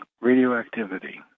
radioactivity